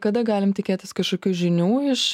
kada galim tikėtis kažkokių žinių iš